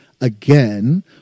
again